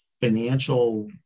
financial